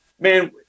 Man